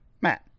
matt